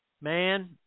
man